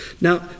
Now